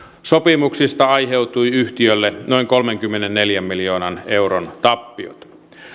sopimuksista aiheutui yhtiölle noin kolmenkymmenenneljän miljoonan euron tappiot